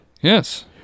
Yes